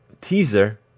teaser